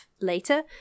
later